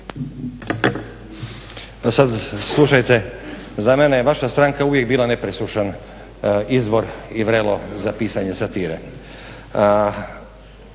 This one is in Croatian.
sada slušajte za mene je uvijek bila vaša stranka nepresušan izvor i vrelo za pisanje satire.